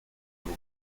luke